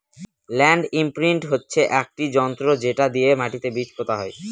land imprint হচ্ছে একটি যন্ত্র যেটা দিয়ে মাটিতে বীজ পোতা হয়